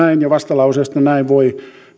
ja vastalauseesta näin voi